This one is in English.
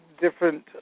different